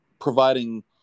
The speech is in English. providing